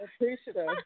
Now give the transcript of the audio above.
Appreciative